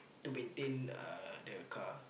to maintain uh the car